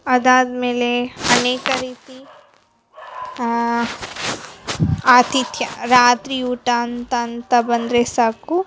ಅದಾದ್ಮೇಲೆ ಅನೇಕ ರೀತಿ ಆತಿಥ್ಯ ರಾತ್ರಿ ಊಟ ಅಂತ ಅಂತ ಬಂದರೆ ಸಾಕು